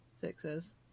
sixes